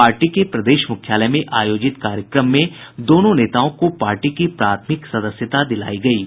party के प्रदेश मुख्यालय में आयोजित कार्यक्रम में दोनों नेताओं को पार्टी की प्राथमिक सदस्यता दिलायी गयी है